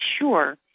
sure